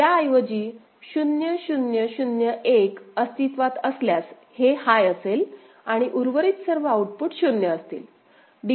त्याऐवजी 0 0 0 1 अस्तित्वात असल्यास हे हाय असेल आणि उर्वरित सर्व आउटपुट 0 असतील